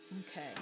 Okay